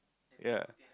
ya